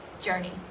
journey